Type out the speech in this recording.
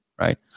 Right